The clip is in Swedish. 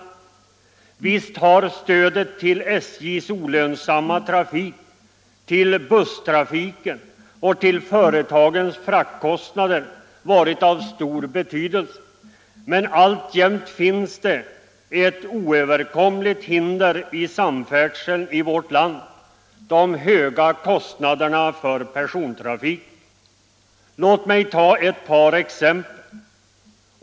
Naturligtvis har stödet till SJ:s olönsamma trafik, till bussföretagen och företagens fraktkostnader varit av stor betydelse, men alltjämt finns det ett oöverkomligt hinder i samfärdseln i vårt land: de höga kostnaderna för persontrafiken.